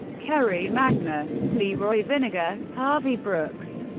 kerry magness, leroy vinnegar, harvey brooks,